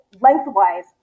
lengthwise